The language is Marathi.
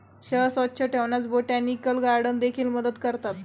शहर स्वच्छ ठेवण्यास बोटॅनिकल गार्डन देखील मदत करतात